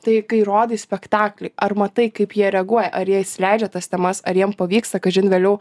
tai kai rodai spektaklį ar matai kaip jie reaguoja ar jie įsileidžia tas temas ar jiem pavyksta kažin vėliau